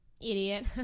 Idiot